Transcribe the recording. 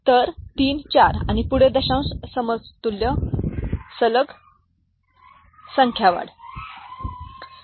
तर 3 ते 4 पर्यंत आपण पाहू शकता की 3 अंक बदलत आहेत 1 1 1 0 0 होत आहे ठीक आहे